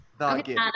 Okay